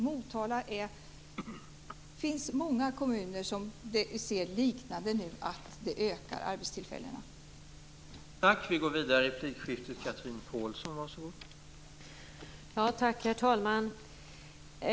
Motala är en kommun, det finns många liknande kommuner där vi ser att arbetstillfällena ökar.